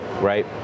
right